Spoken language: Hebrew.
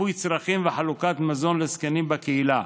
מיפוי צרכים וחלוקת מזון לזקנים בקהילה.